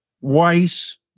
Weiss